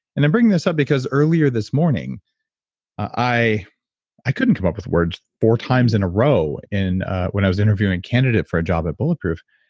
and i'm bringing this up because earlier this morning i i couldn't come up with words four times in a row, when i was interviewing a candidate for a job at bulletproof,